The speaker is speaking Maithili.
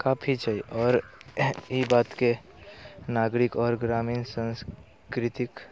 काफी छै आओर ई बातके नागरिक आओर ग्रामीण सांस्कृतिक